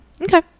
okay